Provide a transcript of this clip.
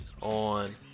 On